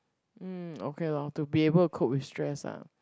mm okay lor to be able to cope with stress ah